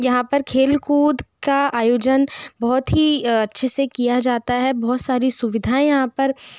यहाँ पर खेलकूद का आयोजन बहुत ही अच्छे से किया जाता है बहुत सारी सुविधाऍं यहाँ पर